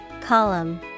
Column